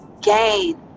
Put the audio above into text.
gain